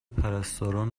پرستاران